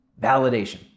Validation